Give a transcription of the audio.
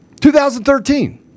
2013